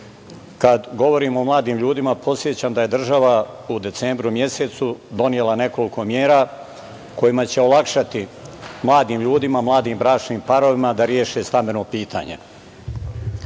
Kada govorim o mladim ljudima, podsećam da je država u decembru mesecu donela nekoliko mera kojima će olakšati mladim ljudima, mladim bračnim parovima da reše stambeno pitanje. Kao